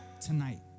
tonight